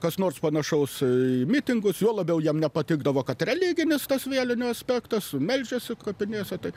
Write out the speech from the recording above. kas nors panašaus į mitingus juo labiau jiem nepatikdavo kad religinis tas vėlinių aspektas meldžiasi kapinėse tai